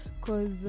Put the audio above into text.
Cause